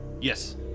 Yes